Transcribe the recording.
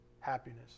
happiness